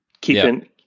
keeping